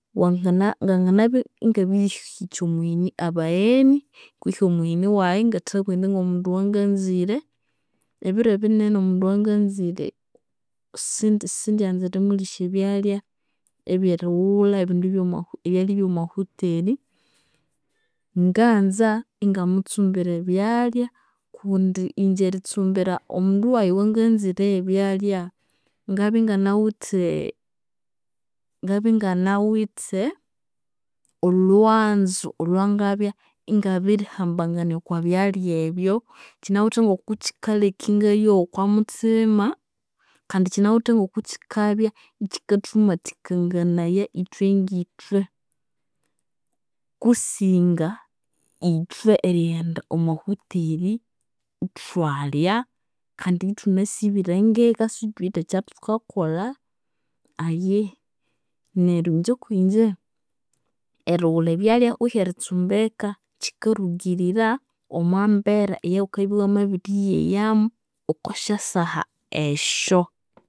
Wangina nanginabya ingabirihikya omugheni kutse abagheni bayi, ngathabugha indi eyanganzire. Ebiro ebinene omundu oyanganzire sindi sindyanza erimulisya ebyalya ebyerighulha, ebyalya ebyomwahuteri, nganza ingamutsumbira ebyalya kundi inje eritsumbira omundu wayi eyanganzire yebyalya, ngabya inganawithe ngabya inganawithe olhwanzu olhwangabya ingabirihambangania okwabyalya ebyu. Kyinawithe ngokukyikaleka ingayowa okwamuthima kandi kyinawithe ngokukyibya ikyikathumathikanganaya ithwe ngithwe kusinga ithwe erighenda omwahuteri ithwalya kandi ithunasibire ngeka isithuwithe ekyathukakolha ayihi. Neryo inje okwinje erighulha ebyalya kutse eritsumba eka kyikarugirira omwambera eyaghukabya iwamabiriyeyamu okwasyasaha esyu.